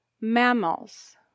mammals